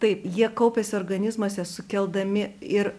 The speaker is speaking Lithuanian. taip jie kaupiasi organizmuose sukeldami ir